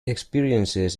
experiences